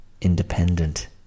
independent